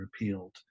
repealed